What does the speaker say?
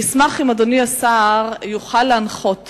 אני אשמח אם אדוני השר יוכל להנחות